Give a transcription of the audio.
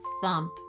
thump